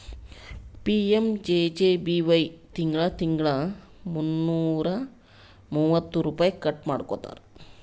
PMJJBY ತಿಂಗಳಾ ತಿಂಗಳಾ ಮುನ್ನೂರಾ ಮೂವತ್ತ ರುಪೈ ಕಟ್ ಮಾಡ್ಕೋತಾರ್